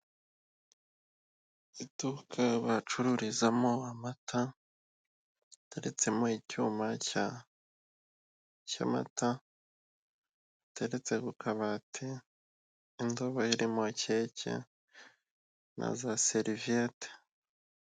Iduka bacururizamo amata hateretsemo icyuma cya cy'amata giteretse ku kabati, indobo iririmo keke na za seriviyete.